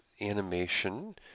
animation